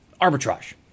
arbitrage